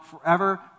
forever